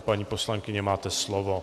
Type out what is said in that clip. Paní poslankyně, máte slovo.